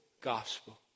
gospel